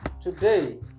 Today